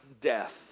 death